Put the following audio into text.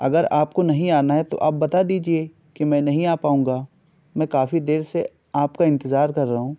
اگر آپ کو نہیں آنا ہے تو آپ بتا دیجیے کہ میں نہیں آ پاؤں گا میں کافی دیر سے آپ کا انتظار کر رہا ہوں